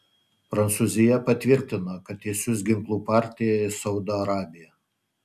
prancūzija patvirtino kad išsiųs ginklų partiją į saudo arabiją